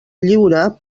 lliure